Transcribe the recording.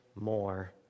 more